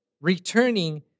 Returning